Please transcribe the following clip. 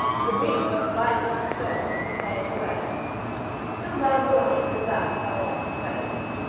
the beaver bites off's stones to save the rest do thou the like with that thou art opprest.